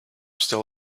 still